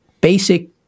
basic